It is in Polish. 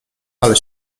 ale